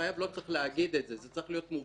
לא צריך להגיד את זה, זה צריך להיות מאליו.